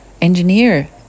engineer